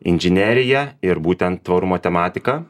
inžineriją ir būtent tvarumo tematika